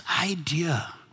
idea